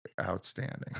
Outstanding